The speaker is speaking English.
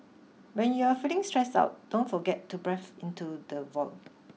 when you are feeling stressed out don't forget to breath into the void